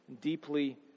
deeply